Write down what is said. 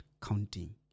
counting